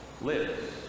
lives